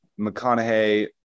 McConaughey